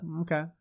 Okay